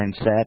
mindset